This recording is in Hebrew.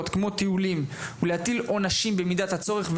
כמו- טיולים ולהטיל עונשים במידת הצורך,